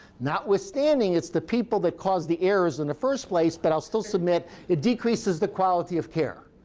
notwithstanding, it's the people that caused the errors in the first place, but i'll still submit it decreases the quality of care.